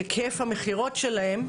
היקף המכירות שלהם,